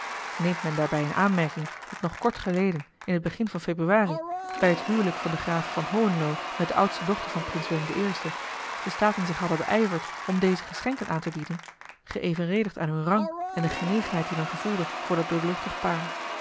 neemt men daarbij in aanmerking dat nog kort geleden in t begin van februari bij t huwelijk van den graaf van hohenlo met de oudste dochter van prins willem i de staten zich hadden beijverd om deze geschenken aan te bieden geëvenredigd aan hun rang en de genegenheid die men gevoelde voor dat doorluchtig paar